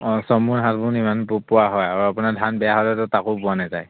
অঁ চয়মোন সাত মােন ইমান পোৱা হয় আৰু আপোনাৰ ধান বেয়া হ'লে তো তাকো পোৱা নাযায়